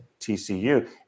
TCU